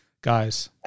guys